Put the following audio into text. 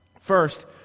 First